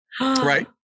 Right